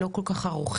שלא כל כך ערוכים,